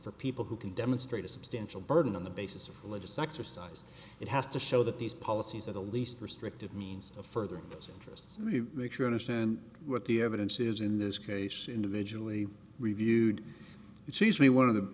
for people who can demonstrate a substantial burden on the basis of religious exercise it has to show that these policies are the least restrictive means of furthering those interests me make sure i understand what the evidence is in this case individually reviewed it sees me one of the